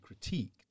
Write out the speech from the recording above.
critiqued